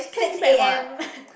six A_M